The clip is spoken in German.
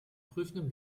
prüfenden